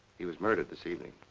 he was murdered this evening.